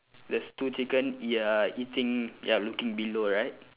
there's two chicken they are eating they are looking below right